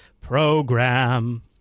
program